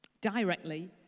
directly